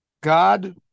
God